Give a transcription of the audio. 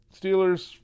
Steelers